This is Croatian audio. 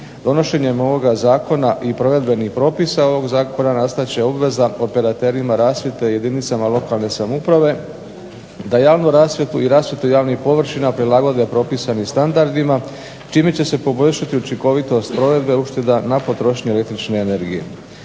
Donošenjem ovoga zakona i provedbenih propisa ovoga zakona nastat će obveza operaterima rasvjete jedinicama lokalne samouprave da javnu rasvjetu i rasvjetu javnih površina prilagode propisanim standardima čime će se poboljšati učinkovitost provedbe ušteda na potrošnju električne energije.